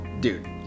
Dude